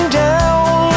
down